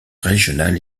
régional